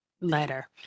letter